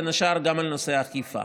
בין השאר גם על נושא האכיפה.